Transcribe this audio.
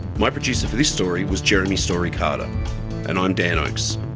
my producer for this story was jeremy story carter and i'm dan oakes.